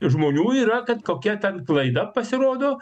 žmonių yra kad kokia ten klaida pasirodo